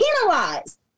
penalized